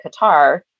Qatar